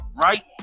right